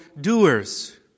doers